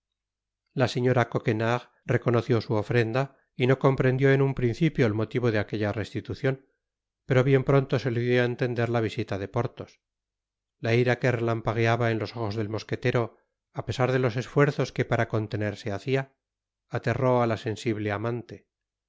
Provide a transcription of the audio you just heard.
la señora coquenard reconoció su ofrenda y no comprendió en un principio el motivo de aquella restitucion pero bien pronto se lo dió á entender la visita de porthos la ira que relampagueaba en los ojos del mosquetero á pesar de los esfuerzos que para contenerse hacia aterró á la sensible amante en